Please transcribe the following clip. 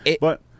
But-